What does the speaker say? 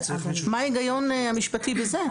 מה ההיגיון המשפטי בזה?